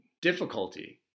difficulty